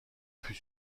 fut